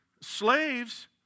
Slaves